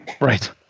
Right